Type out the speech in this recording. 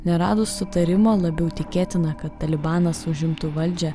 neradus sutarimo labiau tikėtina kad talibanas užimtų valdžią